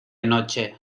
noche